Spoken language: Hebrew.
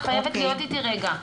את חייבת להיות איתי רגע.